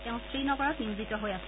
তেওঁ শ্ৰীনগৰত নিয়োজিত হৈ আছিল